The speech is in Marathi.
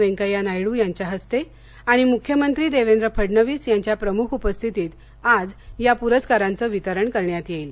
वेंकेया नायड्र यांच्या हस्ते आणि मुख्यमंत्री देवेंद्र फडणवीस यांच्या प्रमुख उपस्थितीत आज या पुरस्कारांचं वितरण करण्यात येईल